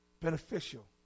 beneficial